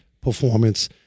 Performance